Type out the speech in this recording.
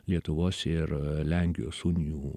lietuvos ir lenkijos unijų